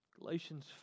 Galatians